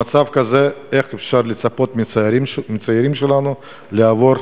במצב כזה איך אפשר לצפות מצעירים שלנו לעבור